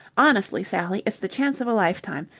honestly, sally, it's the chance of a lifetime.